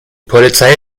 polizei